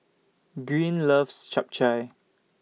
Green loves Chap Chai